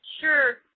Sure